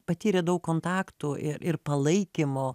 patyrė daug kontaktų i ir palaikymo